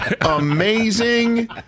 amazing